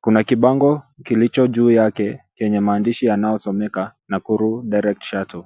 Kuna kibango kilicho juu yake chenye maandishi inayosomeka Nakuru Direct Shuttle .